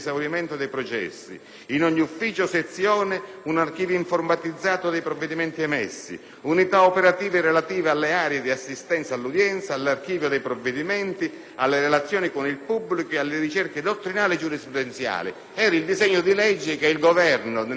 un archivio informatizzato dei provvedimenti emessi (...), unità operative relative alle aree dell'assistenza all'udienza, all'archivio dei provvedimenti, alle relazioni con il pubblico e alle ricerche dottrinali e giurisprudenziali». Si trattava del disegno di legge che il Governo, nella scorsa legislatura, aveva licenziato,